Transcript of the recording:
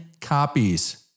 copies